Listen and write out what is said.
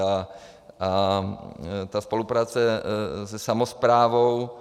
A ta spolupráce se samosprávou.